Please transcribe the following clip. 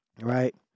right